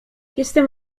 jestem